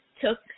took